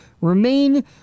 remain